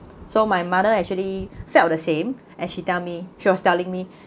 so my mother actually felt the same as she tell me she was telling me